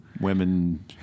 women